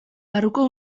barruko